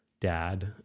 dad